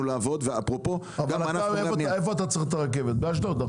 לעבוד אפרופו- -- אתה צריך את הרכבת באשדוד.